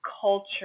culture